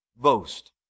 boast